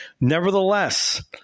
Nevertheless